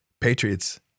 Patriots